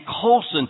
Colson